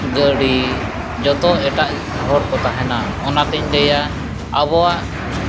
ᱜᱟᱹᱲᱤ ᱡᱚᱛᱚ ᱮᱴᱟᱜ ᱦᱚᱲᱠᱚ ᱛᱟᱦᱮᱱᱟ ᱚᱱᱟᱛᱤᱧ ᱞᱟᱹᱭᱟ ᱟᱵᱚᱣᱟᱜ